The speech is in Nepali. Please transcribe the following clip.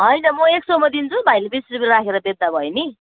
होइन म एक सौमा दिन्छु भाइले बिस रुपियाँ राखेर बेच्दा भयो नि